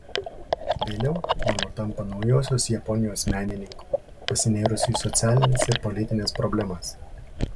vėliau ono tampa naujosios japonijos menininku pasinėrusiu į socialines ir politines problemas